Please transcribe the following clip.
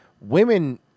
Women